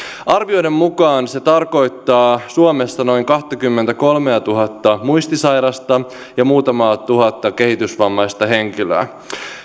arvioiden mukaan se tarkoittaa suomessa noin kahtakymmentäkolmeatuhatta muistisairasta ja muutamaa tuhatta kehitysvammaista henkilöä